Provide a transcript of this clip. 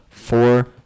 four